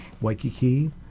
Waikiki